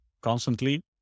constantly